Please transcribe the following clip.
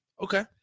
Okay